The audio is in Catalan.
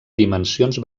dimensions